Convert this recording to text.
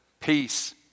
Peace